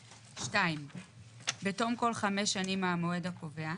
2. בתום כל חמש שנים מהמועד הקובע,